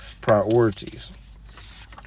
priorities